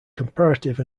comparative